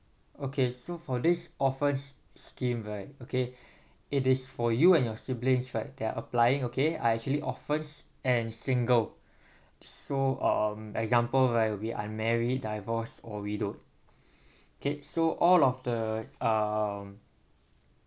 okay so for this orphans scheme right okay it is for you and your siblings right they are applying okay are actually orphans and single so um example right we unmarried divorce or widowed okay so all of the uh